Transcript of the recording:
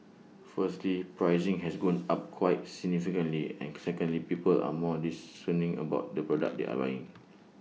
firstly pricing has gone up quite significantly and secondly people are more discerning about the product they are buying